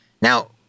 Now